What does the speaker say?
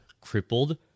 crippled